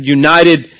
united